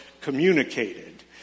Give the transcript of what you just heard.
communicated